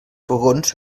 fogons